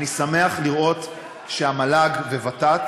אני שמח לראות שהמל"ג וות"ת